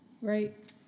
Right